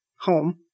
home